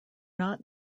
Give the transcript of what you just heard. not